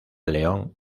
león